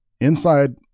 Inside